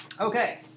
Okay